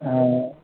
हां